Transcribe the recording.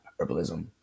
herbalism